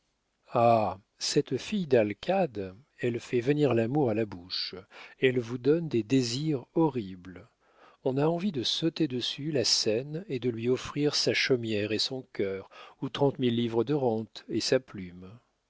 ah cette fille d'alcade elle fait venir l'amour à la bouche elle vous donne des désirs horribles on a envie de sauter dessus la scène et de lui offrir sa chaumière et son cœur ou trente mille livres de rente et sa plume